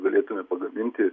galėtume pagaminti